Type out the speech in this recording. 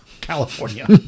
California